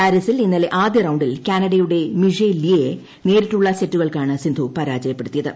പാരീസിൽ ഇന്നലെ ആദ്യ റൌണ്ടിൽ കാനഡയുടെ മിഷേൽ ലീ യെ നേരിട്ടുള്ള സെറ്റുകൾക്കാണ് സിന്ധു പരാജയപ്പപെടുത്തിയത്